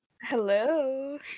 Hello